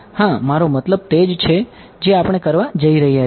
હાં મારો મતલબ તે જ છે જે આપણે કરવા જઈ રહ્યા છીએ